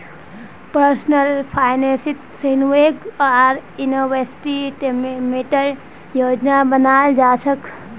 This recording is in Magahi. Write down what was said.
पर्सनल फाइनेंसत सेविंग आर इन्वेस्टमेंटेर योजना बनाल जा छेक